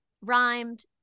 rhymed